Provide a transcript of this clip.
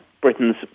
Britain's